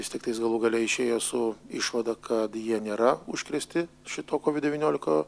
vis tiktais galų gale išėjo su išvada kad jie nėra užkrėsti šito covid devyniolika